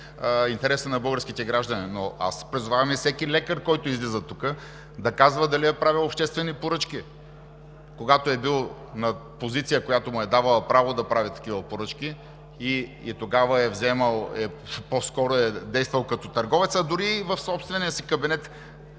на българските граждани. Но призовавам всеки лекар, който излиза тук, да казва дали е правил обществени поръчки, когато е бил на позиция, която му е давала право да прави такива поръчки, и тогава е действал като търговец. Дори и в собствения си кабинет